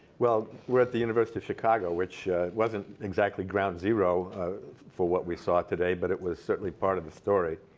well, we're at the university of chicago, which wasn't exactly ground zero for what we saw today, but it was certainly part of the story.